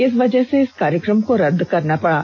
इस वजह से इस कार्यक्रम को रदद करना पडा